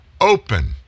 open